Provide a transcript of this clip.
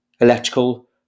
Electrical